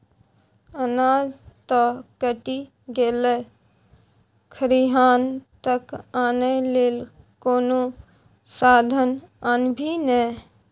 अनाज त कटि गेलै खरिहान तक आनय लेल कोनो साधन आनभी ने